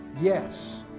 yes